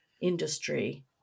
industry